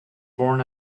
born